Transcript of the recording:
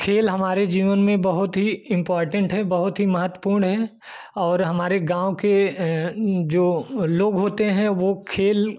खेल हमारे जीवन में बहुत ही इम्पोर्टेन्ट है बहुत ही महत्वपूर्ण है और हमारे गाँव के जो लोग होते हैं वह खेल